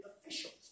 officials